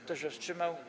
Kto się wstrzymał?